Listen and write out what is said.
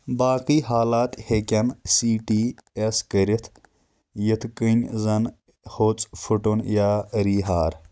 باقی حالات ہیٚکن سی ٹی اٮ۪س کرِتھ یِتھ کٔنۍ زن ہوٚژ پھُٹُن یا ریی ہار